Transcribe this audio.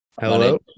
Hello